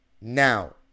Now